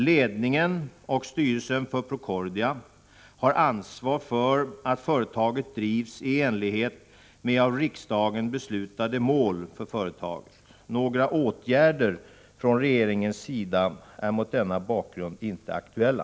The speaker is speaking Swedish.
Ledningen och styrelsen för Procordia har ansvar för att företaget drivs i enlighet med av riksdagen beslutade mål för företaget. Några åtgärder från regeringens sida är mot denna bakgrund inte aktuella.